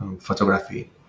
photography